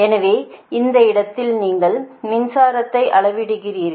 எனவே இந்த இடத்தில் நீங்கள் மின்சாரதை அளவிடுகிறீர்கள்